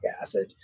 acid